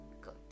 good